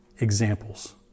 examples